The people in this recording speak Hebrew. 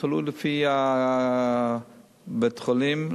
תלוי בבית-החולים,